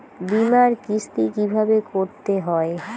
বিমার কিস্তি কিভাবে করতে হয়?